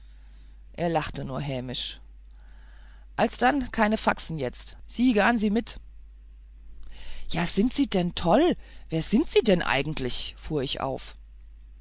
er lachte nur hämisch alsdann keine faxen jetz sie gah'n sie mit ja sind sie toll wer sind sie eigentlich fuhr ich auf